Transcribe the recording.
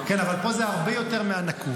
כן, אבל פה זה הרבה יותר מהנקוב.